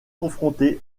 confronté